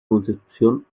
concepción